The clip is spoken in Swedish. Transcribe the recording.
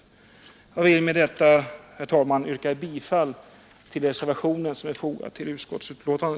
Herr talman! Med detta ber jag att få yrka bifall till den reservation som är fogad till utskottets betänkande.